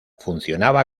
funcionaba